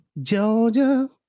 Georgia